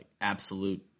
absolute